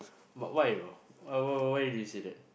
but why tho why why why do you say that